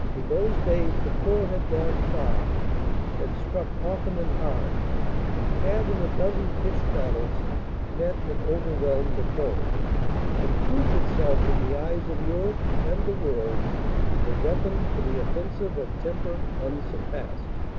in those days the corps had gone far had struck often and hard had in a dozen pitched battles met and overwhelmed the foe and proved itself in the eyes of europe and the world a weapon for the offensive of temper unsurpassed.